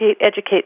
educate